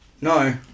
No